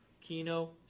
Kino